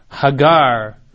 Hagar